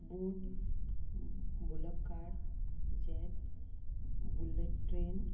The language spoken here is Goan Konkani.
boat bullock cart jet bullet train